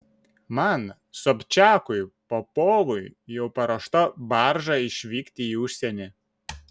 man sobčiakui popovui jau paruošta barža išvykti į užsienį